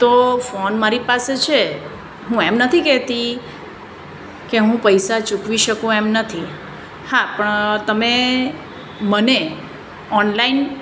તો ફોન મારી પાસે છે હું એમ નથી કેતી કે હું પૈસા ચૂકવી શકું એમ નથી હા પણ તમે મને ઓનલાઈન